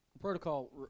Protocol